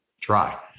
try